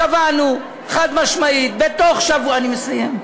קבענו, חד-משמעית: בתוך שבוע, אני מסיים,